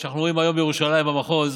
מה שאנחנו רואים היום ירושלים, במחוז,